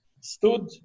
stood